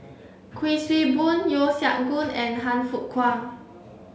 Kuik Swee Boon Yeo Siak Goon and Han Fook Kwang